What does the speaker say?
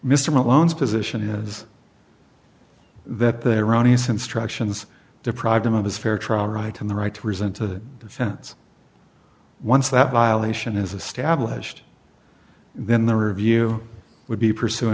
mr malone's position is that the erroneous instructions deprived him of his fair trial right in the right to resent to the defense once that violation is established then the review would be pursuing